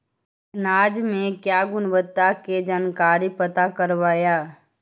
अनाज मे क्या गुणवत्ता के जानकारी पता करबाय?